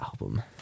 album